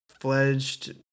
fledged